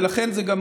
ולכן זה גם